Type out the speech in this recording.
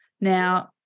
Now